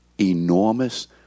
enormous